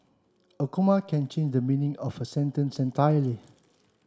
a comma can change the meaning of a sentence entirely